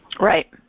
Right